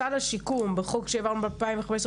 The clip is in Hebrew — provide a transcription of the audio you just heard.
בסל השיקום שמתוקצב בחוק שהעברנו ב-2015,